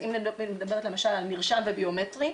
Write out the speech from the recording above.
אם אני מדברת למשל על מרשם וביומטרי,